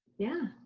yeah.